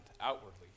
outwardly